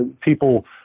people